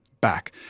back